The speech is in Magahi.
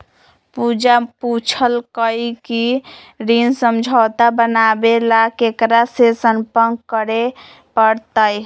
पूजा पूछल कई की ऋण समझौता बनावे ला केकरा से संपर्क करे पर तय?